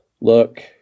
look